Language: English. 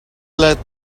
let